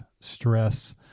stress